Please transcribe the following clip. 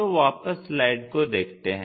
तो वापस स्लाइड को देखते हैं